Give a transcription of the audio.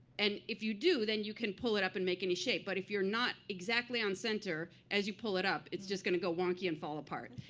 and if you do, then you can pull it up and make any shape. but if you're not exactly on center, as you pull it up it's just going to go wonky and fall apart.